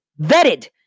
vetted